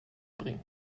bringen